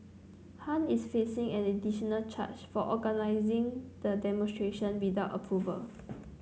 Han is facing an additional charge of organising the demonstration without approval